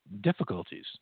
difficulties